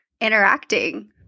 interacting